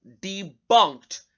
debunked